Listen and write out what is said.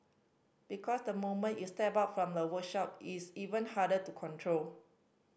because the moment you step out from the workshop it's even harder to control